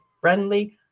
friendly